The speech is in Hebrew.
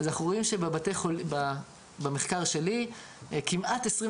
אז במחקר שלי אנחנו רואים שכמעט 25